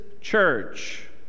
church